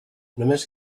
només